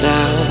Now